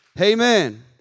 Amen